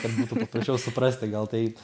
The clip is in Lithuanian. kad būtų paprasčiau suprasti gal tai